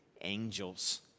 angels